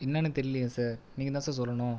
என்னன்னு தெரியலியே சார் நீங்கள் தான் சார் சொல்லணும்